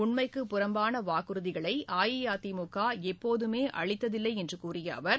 உண்மைக்குப் புறம்பான வாக்குறுதிகளை அஇஅதிமுக எப்போதுமே அளித்ததில்லை என்று கூறிய அவர்